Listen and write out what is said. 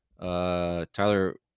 Tyler